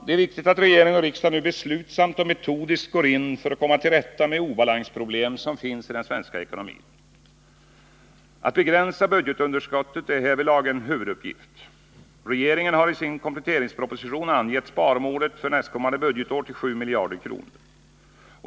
Det är viktigt att regering och riksdag nu beslutsamt och metodiskt går in för att komma till rätta med obalansproblem som finns i den svenska ekonomin. Att begränsa budgetunderskottet är härvidlag en huvuduppgift. Regeringen har i sin kompletteringsproposition angett sparmålet för nästkommande budgetår till 7 miljarder kronor.